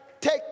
take